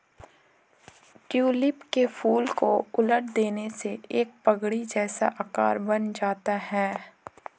tulip के फूल को उलट देने से एक पगड़ी जैसा आकार बन जाता है